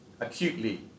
acutely